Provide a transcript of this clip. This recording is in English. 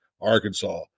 Arkansas